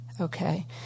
Okay